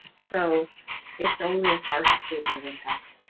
so it's only partial statement of impact.